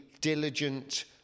diligent